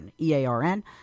E-A-R-N